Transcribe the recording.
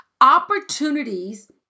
Opportunities